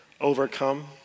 overcome